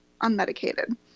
unmedicated